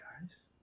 guys